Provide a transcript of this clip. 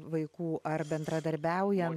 vaikų ar bendradarbiaujant